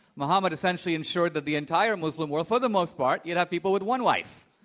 mohammed essentially ensured that the entire muslim world, for the most part, you'd have people with one wife.